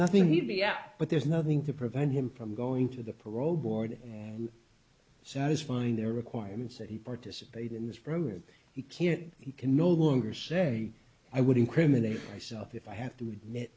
at but there's nothing to prevent him from going to the parole board and satisfying their requirements that he participate in this program he can he can no longer say i would incriminate myself if i have to admit